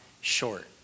short